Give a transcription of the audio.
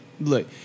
look